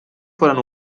foren